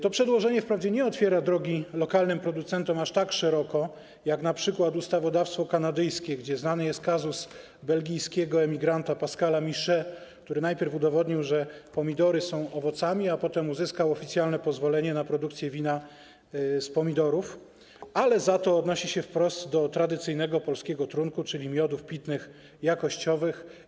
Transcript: To przedłożenie wprawdzie nie otwiera drogi lokalnym producentom aż tak szeroko, jak np. ustawodawstwo kanadyjskie - znany jest kazus belgijskiego imigranta Pascala Miche, który najpierw udowodnił, że pomidory są owocami, a potem uzyskał oficjalne pozwolenie na produkcję wina z pomidorów - ale za to odnosi się wprost do tradycyjnego polskiego trunku, czyli miodów pitnych jakościowych.